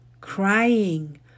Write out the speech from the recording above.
crying